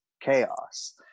chaos